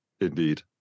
indeed